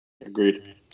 Agreed